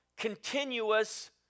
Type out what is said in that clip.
continuous